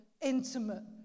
intimate